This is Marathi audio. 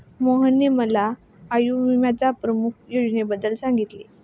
मोहनने मला आयुर्विम्याच्या प्रमुख योजनेबद्दल सांगितले